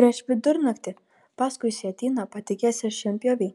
prieš vidurnaktį paskui sietyną patekės ir šienpjoviai